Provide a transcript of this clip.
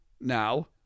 now